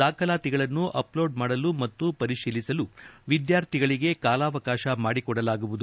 ದಾಖಲಾತಿಗಳನ್ನು ಅಪ್ಲೋಡ್ ಮಾಡಲು ಮತ್ತು ಪರಿತೀಲಿಸಲು ವಿದ್ವಾರ್ಥಿಗಳಗೆ ಕಾಲಾವಕಾಶ ಮಾಡಿಕೊಡಲಾಗುವುದು